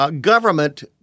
government